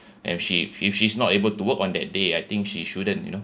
and she if she's not able to work on that day I think she shouldn't you know